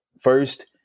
first